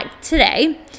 today